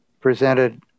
presented